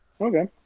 Okay